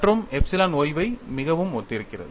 மற்றும் epsilon y y மிகவும் ஒத்திருக்கிறது